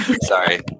sorry